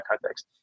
context